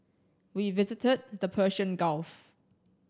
we visited the Persian Gulf